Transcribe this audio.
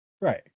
Right